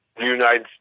United